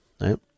right